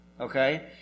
okay